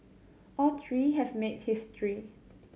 all three have made history